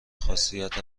خاصیت